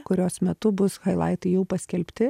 kurios metu bus hailaitai jau paskelbti